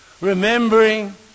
remembering